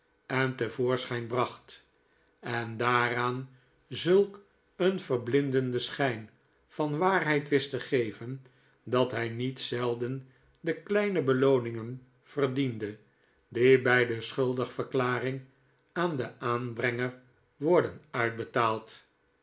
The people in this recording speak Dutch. en te voorschijn bracht en daaraan zulk een verblindenden schijn van waarheid wist te geven dat hij niet zelden de kleine belooningen verdiende die bij de schuldigverklaring aan den aanbrenger worden uitbetaald